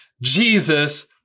Jesus